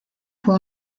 fue